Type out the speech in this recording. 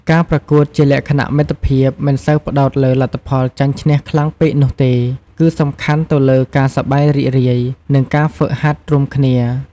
ការប្រកួតជាលក្ខណៈមិត្តភាពមិនសូវផ្តោតលើលទ្ធផលចាញ់ឈ្នះខ្លាំងពេកនោះទេ គឺសំខាន់ទៅលើការសប្បាយរីករាយ និងការហ្វឹកហាត់រួមគ្នា។